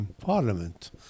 parliament